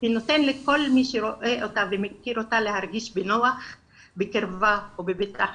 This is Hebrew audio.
היא נותנת לכל מי שרואה אותה ומכיר אותה להרגיש בנוח בקרבתה ובביטחון,